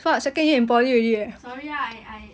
sorry ah I I